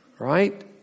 Right